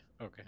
okay